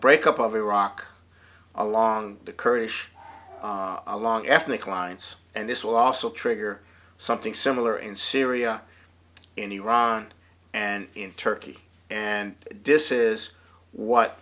breakup of iraq along the kurdish along ethnic lines and this will also trigger something similar in syria in iran and in turkey and disses what